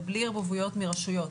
ובלי ערבוביות של רשויות.